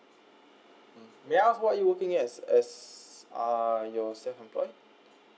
may I ask what are you working as uh your self employ